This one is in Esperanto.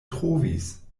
trovis